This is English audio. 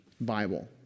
Bible